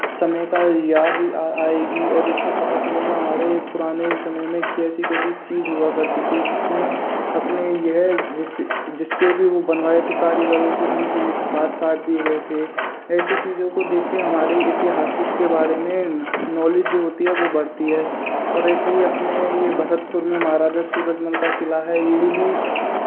समय का याद आएगी और इससे पता चलेगा हमारे पुराने समय में कैसी कैसी चीज़ हुआ करती थी जिसने अपने यह जिस जिससे भी बनवाए थे कारीगर उनसे भी हाथ काट दिए गए थे ऐसी चीज़ों को देख के हमारे ऐतिहासिक के बारे में नौलेज होती है वो बढ़ती है और ऐसे ही अपने ये भरतपुर में महाराजा सूरजमल का किला है ये भी